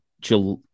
July